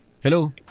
Hello